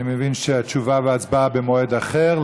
אני מבין שתשובה והצבעה במועד אחר.